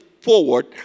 forward